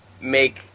make